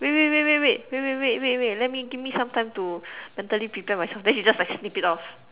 wait wait wait wait wait wait wait wait let me give me some time to mentally prepare myself then she just like snip it off